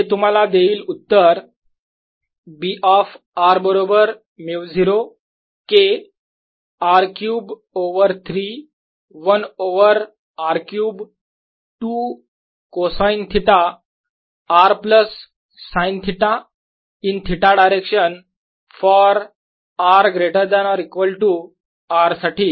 आणि हे तुम्हाला देईल उत्तर B ऑफ r बरोबर μ0 K R क्यूब ओवर 3 1ओवर r cube 2 cosine theta r plus sine theta in theta direction for r greater than equal to R साठी